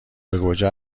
گوجه